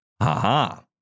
Aha